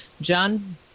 John